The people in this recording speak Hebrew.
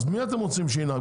מי אתם רוצים שינהג?